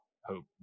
hope